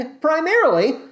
primarily